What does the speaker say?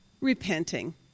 Repenting